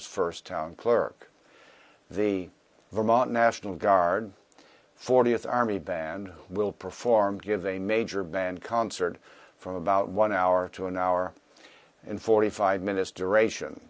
's first town clerk the vermont national guard fortieth army band will perform give a major band concert from about one hour to an hour and forty five minutes